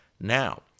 Now